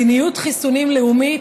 של מדיניות חיסונים לאומית.